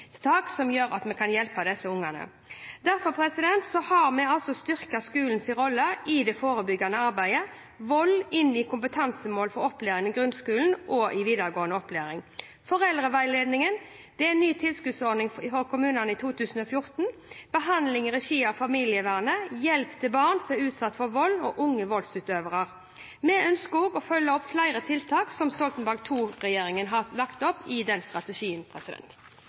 som gjør at vi kan hjelpe disse barna. Derfor har vi styrket skolens rolle i det forebyggende arbeidet når det gjelder vold, som kompetansemål for opplæring i grunnskolen og i videregående opplæring. Foreldreveiledningen er en ny tilskuddsordning i kommunene fra 2014. Det er behandling i regi av familievernet, hjelp til barn som er utsatt for vold og unge voldsutøvere. Vi ønsker også å følge opp flere tiltak som Stoltenberg II-regjeringen har lagt opp til i den strategien.